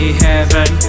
heaven